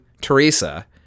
Teresa